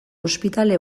ospitale